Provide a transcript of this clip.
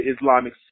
Islamic